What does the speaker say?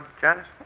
Janice